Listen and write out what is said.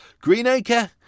greenacre